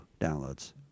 downloads